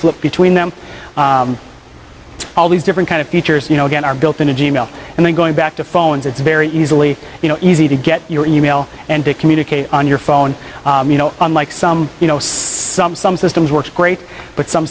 flip between them all these different kind of features you know again are built into g mail and then going back to phones it's very easily you know easy to get your e mail and to communicate on your phone you know unlike some you know some some systems works great but some